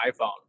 iPhone